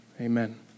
amen